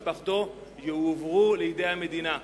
וכלי הרכב ששייכים לו ולמשפחתו יועברו לידי המדינה.